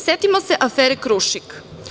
Setimo se afere „Krušik“